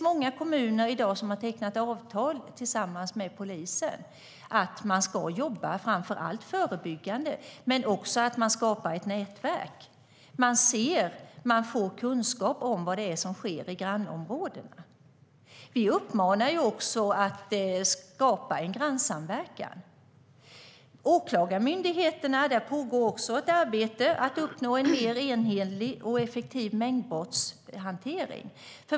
Många kommuner har tecknat avtal med polisen om att man ska jobba framför allt förebyggande men också skapa ett nätverk. Man ser och får kunskap om vad som sker i grannområdena. Vi uppmanar också att man ska skapa grannsamverkan. På Åklagarmyndigheten pågår också ett arbete för att uppnå en mer enhetlig och effektiv mängdbrottshantering.